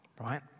right